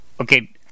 Okay